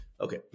Okay